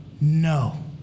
No